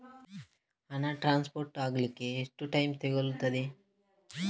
ಹಣ ಟ್ರಾನ್ಸ್ಫರ್ ಅಗ್ಲಿಕ್ಕೆ ಎಷ್ಟು ಟೈಮ್ ತೆಗೆದುಕೊಳ್ಳುತ್ತದೆ?